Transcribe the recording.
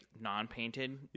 non-painted